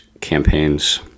campaigns